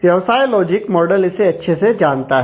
व्यवसाय logic model इसे अच्छे से जानता है